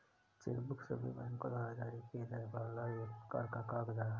check book सभी बैंको द्वारा जारी किए जाने वाला एक प्रकार का कागज़ात है